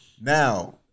now